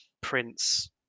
Prince